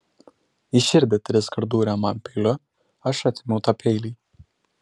į širdį triskart dūrė man peiliu aš atėmiau tą peilį